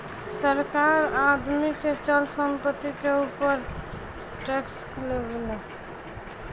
सरकार आदमी के चल संपत्ति के ऊपर टैक्स लेवेला